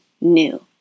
new